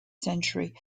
century